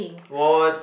what